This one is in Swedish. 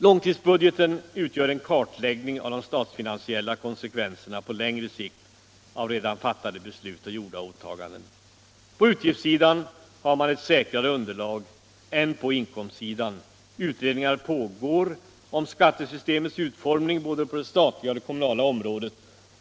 Långtidsbudgeten utgör en kartläggning av de statsfinansiella konsekvenserna på längre sikt av redan fattade beslut och gjorda åtaganden. På utgiftssidan har man ett säkrare underlag än på inkomstsidan. Utredningar pågår om skattesystemets utformning både på det statliga och det kommunala området.